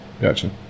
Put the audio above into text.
gotcha